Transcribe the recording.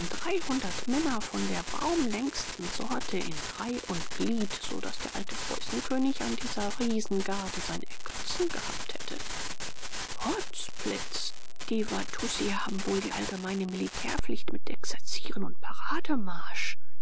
dreihundert männer von der baumlängsten sorte in reih und glied so daß der alte preußenkönig an dieser riesengarde sein ergötzen gehabt hätte potzblitz die watussi haben wohl die allgemeine militärpflicht mit exerzieren und